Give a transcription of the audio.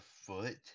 foot